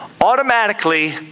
automatically